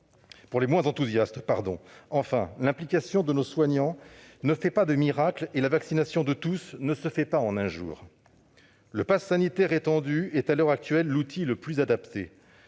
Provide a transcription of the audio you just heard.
pour les moins enthousiastes ; enfin, l'implication de nos soignants ne fait pas de miracles, et la vaccination de tous ne se fait pas en un jour. Le passe sanitaire étendu est, à l'heure actuelle, l'outil le plus adapté.